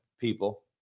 people